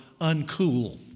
uncool